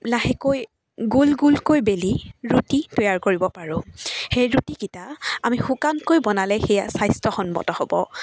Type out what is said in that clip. লাহেকৈ গোল গোলকৈ বেলি ৰুটি তৈয়াৰ কৰিব পাৰোঁ সেই ৰুটিকেইটা আমি শুকানকৈ বনালে সেয়া স্বাস্থ্যসন্মত হ'ব